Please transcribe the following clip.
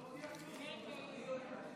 זהו?